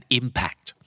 impact